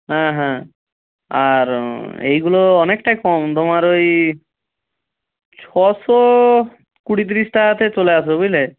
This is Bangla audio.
হ্যাঁ হ্যাঁ আর এইগুলো অনেকটাই কম তোমার ওই ছশো কুড়ি তিরিশ টাকাতে চলে আসবে বুঝলে